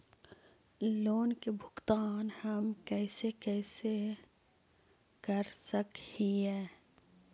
Loan के भुगतान हम कैसे कैसे कर सक हिय?